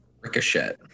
Ricochet